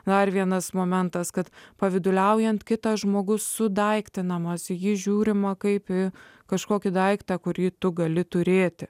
dar vienas momentas kad pavyduliaujant kitas žmogus sudaiktinamas į jį žiūrima kaip į kažkokį daiktą kurį tu gali turėti